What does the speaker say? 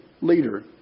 leader